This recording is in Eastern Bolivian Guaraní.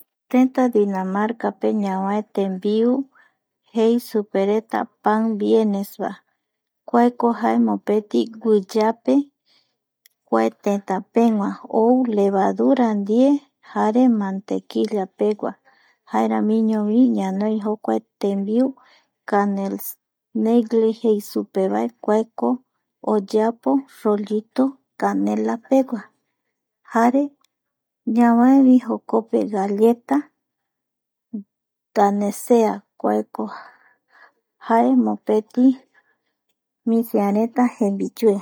Teta dinamarca pe ñavae tembiu jei supereta pandienesa kuaeko jae mopeti guiyape kuae tetapegua ou levadura ndie jare mantequilla pegua jaeramiñovi ñanoi jokuae tembiu canelinegli kuako oyeapo rollito canela pegua jare ñavaevi jokope galleta danesea kuae jae mopeti misireta jembiyue